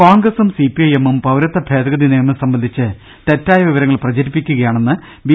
കോൺഗ്രസും സിപിഐഎമ്മും പൌരത്വ ഭേദഗതി നിയമം സംബന്ധിച്ച് തെറ്റായ വിവരങ്ങൾ പ്രചരിപ്പിക്കുകയാണെന്ന് ബി